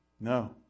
No